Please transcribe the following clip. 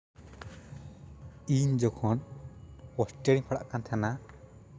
ᱤᱧ ᱡᱚᱠᱷᱚᱱ ᱦᱚᱥᱴᱮᱞ ᱨᱤᱧ ᱯᱟᱲᱦᱟᱜ ᱠᱟᱱ ᱛᱟᱦᱮᱱᱟ